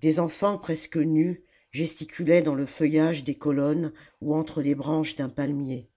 des enfants presque nus gesticulaient dans le feuillage des colonnes ou entre les branches d'un palmier